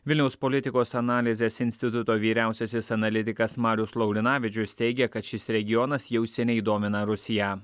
vilniaus politikos analizės instituto vyriausiasis analitikas marius laurinavičius teigia kad šis regionas jau seniai domina rusiją